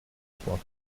trois